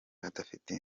adafite